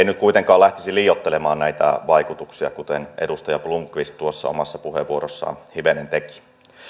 nyt kuitenkaan lähtisi liioittelemaan näitä vaikutuksia kuten edustaja blomqvist omassa puheenvuorossaan hivenen teki